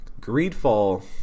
Greedfall